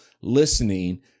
listening